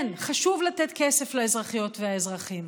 כן, חשוב לתת כסף לאזרחיות ולאזרחים,